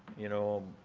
you know,